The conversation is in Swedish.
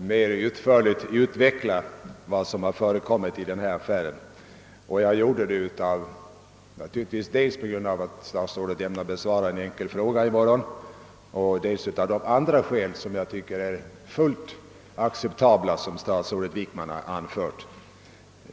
mer utförligt utveckla vad som har förekommit i denna affär. Jag gjorde det dels — naturligtvis — på grund av att statsrådet ämnar besvara min enkla fråga i ämnet i morgon, dels av de andra skäl som statsrådet Wickman anfört och som även jag respekterar.